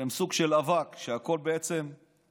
שהן סוג של אבק, שהכול בעצם מתפורר.